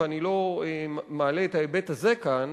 ואני לא מעלה את ההיבט הזה כאן.